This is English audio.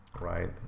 right